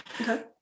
okay